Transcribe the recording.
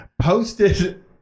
posted